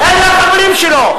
אלה חברים שלו.